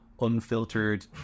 unfiltered